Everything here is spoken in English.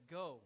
go